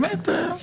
באמת.